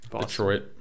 Detroit